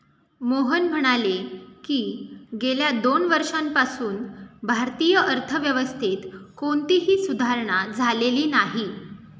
मोहन म्हणाले की, गेल्या दोन वर्षांपासून भारतीय अर्थव्यवस्थेत कोणतीही सुधारणा झालेली नाही